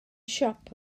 siop